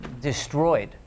destroyed